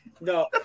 No